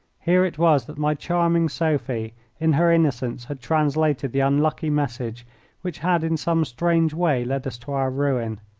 here it was that my charming sophie in her innocence had translated the unlucky message which had in some strange way led us to our ruin.